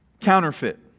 Counterfeit